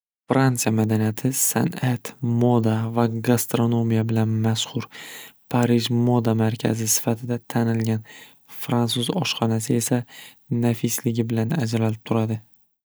Fransiya madaniyati san'at, moda va gastranomiya bilan mashxur parij moda markazi sifatida tanilgan fransuz oshxonasi esa nafisligi bilan ajralib turadi.